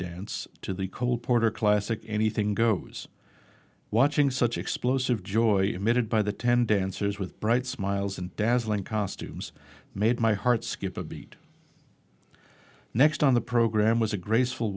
dance to the cole porter classic anything goes watching such explosive joy emitted by the ten dancers with bright smiles and dazzling costumes made my heart skip a beat next on the program was a graceful